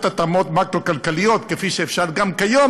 התאמות מקרו-כלכליות כפי שאפשר גם כיום,